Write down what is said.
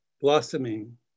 blossoming